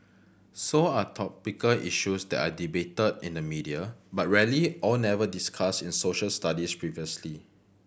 so are topical issues that are debated in the media but rarely or never discussed in Social Studies previously